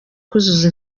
kuzuza